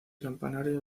campanario